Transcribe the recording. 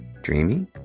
Dreamy